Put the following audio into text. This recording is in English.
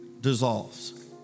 dissolves